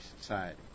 society